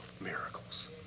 miracles